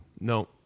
No